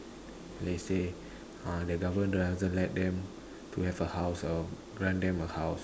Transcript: let's say uh the government don't want them to let them a house or grant them a house